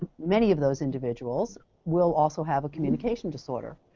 many of those individuals will also have a communication disorder.